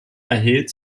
erhielt